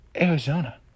Arizona